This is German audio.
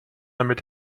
damit